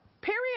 Period